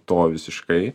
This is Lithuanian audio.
to visiškai